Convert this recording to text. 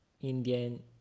Indian